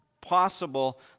possible